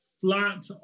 flat